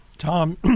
Tom